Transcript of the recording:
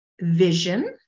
Vision